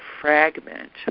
fragment